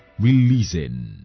releasing